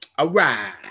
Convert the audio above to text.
Alright